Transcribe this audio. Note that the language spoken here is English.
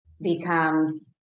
becomes